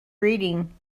reading